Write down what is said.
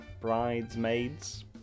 Bridesmaids